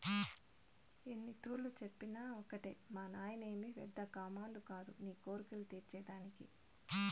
నీకు ఎన్నితూర్లు చెప్పినా ఒకటే మానాయనేమి పెద్ద కామందు కాదు నీ కోర్కెలు తీర్చే దానికి